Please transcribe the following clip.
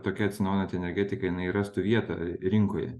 tokia atsinaujinanti energetika jinai rastų vietą rinkoje